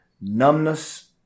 Numbness